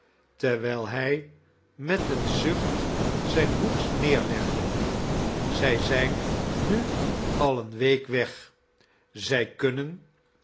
terwijl hij met een zucht zijn hoed neerlegde zij zijn nu al eene week weg zij kunnen